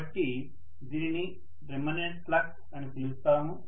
కాబట్టి దీనిని remanent flux అని పిలుస్తాము